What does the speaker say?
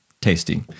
tasty